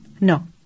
No